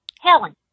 Helen